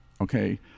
okay